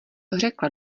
řekla